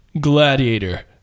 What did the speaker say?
Gladiator